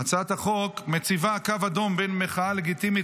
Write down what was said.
הצעת החוק מציבה קו אדום בין מחאה לגיטימית